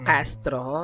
Castro